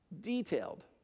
Detailed